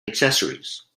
accessories